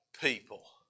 people